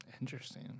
Interesting